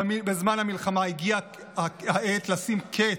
בזמן המלחמה, הגיעה העת לשים קץ.